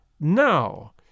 Now